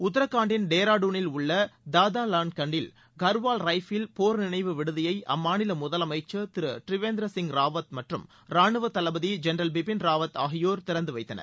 உத்ராகண்டில் டேராடுனில் உள்ள தந்தாவாக்காண்டில் கார்வால் ரைஃபில் போர்நினைவு விடுதியை அம்மாநில முதலமைச்சர் திரு தேவேந்திர சிங ராவத் மற்றும் ரானுவ தளபதி ஜென்ரல் பிபின் ராவத் ஆகியோர் திறந்து வைத்தனர்